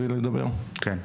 ורד דשא, בבקשה.